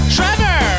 Trevor